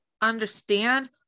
understand